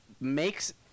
makes